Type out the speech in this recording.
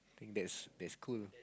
think that's that's cool